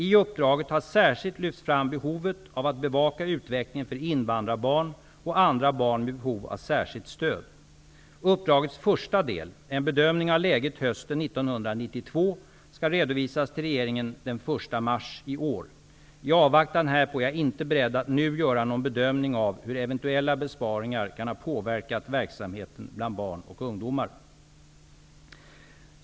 I uppdraget har särskilt lyfts fram behovet av att bevaka utvecklingen för invandrarbarn och andra barn med behov av särskilt stöd. Uppdragets första del -- en bedömning av läget hösten 1992 -- skall redovisas till regeringen den 1 mars i år. I avvaktan härpå är jag inte beredd att nu göra någon bedömning av hur eventuella besparingar kan ha påverkat verksamheten bland barn och ungdomar.